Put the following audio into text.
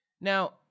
Now